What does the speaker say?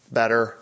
better